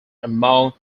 among